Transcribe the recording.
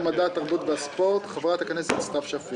רוויזיה של חברת הכנסת אורלי לוי אבקסיס וחברת הכנסת סתיו שפיר.